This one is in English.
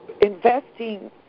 investing